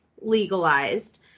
legalized